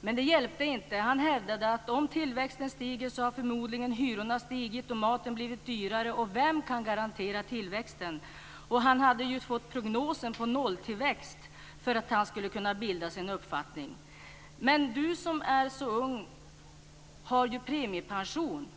Men det hjälpte inte. Han hävdade att om tillväxten stiger har förmodligen hyrorna stigit och maten blivit dyrare och vem kan garantera tillväxten - han hade ju fått prognosen på nolltillväxt för att han skulle kunna bilda sig en uppfattning. "Men du som är så ung har ju premiepension."